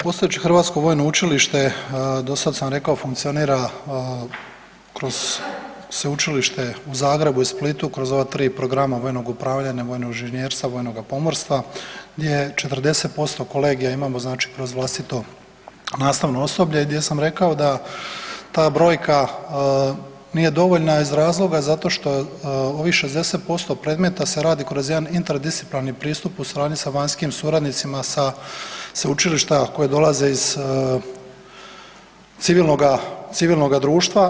Postojeće Hrvatsko vojno učilište do sad sam rekao funkcionira kroz Sveučilište u Zagrebu i Splitu kroz ova 3 programa vojnog upravljanja, vojnog inženjerstva, vojnoga pomorstva gdje 40% kolegija imamo znači kroz vlastito nastavno osoblje, gdje sam rekao da ta brojka nije dovoljna iz razloga zato što ovih 60% predmeta se radi kroz jedan interdisciplinarni pristup u suradnji sa vanjskim suradnicima sa sveučilišta koja dolaze iz civilnoga, civilnoga društva.